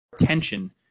attention